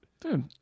Dude